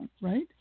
right